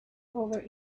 over